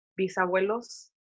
bisabuelos